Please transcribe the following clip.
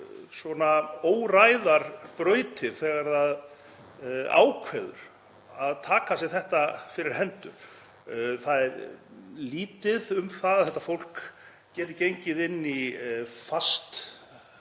mjög óræðar brautir þegar það ákveður að taka sér þetta fyrir hendur. Það er lítið um það að þetta fólk geti gengið inn í föst